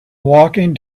walking